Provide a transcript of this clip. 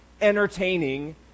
entertaining